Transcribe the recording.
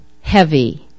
Heavy